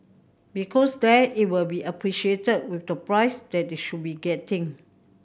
because there it will be appreciated with the price that they should be getting